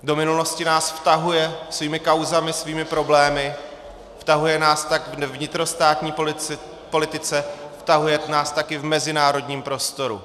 Do minulosti nás vtahuje svými kauzami, svými problémy, vtahuje nás tak ve vnitrostátní politice, vtahuje nás taky v mezinárodním prostoru.